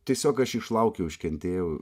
tiesiog aš išlaukiau iškentėjau